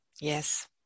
yes